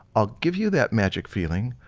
i'll give you that magic feeling,